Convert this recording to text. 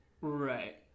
right